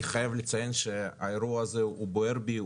אני חייב לציין שהאירוע הזה בוער בי,